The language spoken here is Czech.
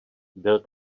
byl